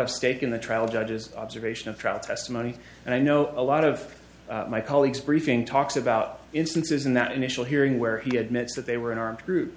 of stake in the trial judge's observation of trial testimony and i know a lot of my colleagues briefing talks about instances in that initial hearing where he admits that they were an armed group